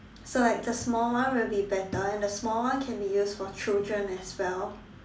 so like the small one will be better and the small one can be used for children as well